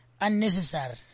unnecessary